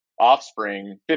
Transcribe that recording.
offspring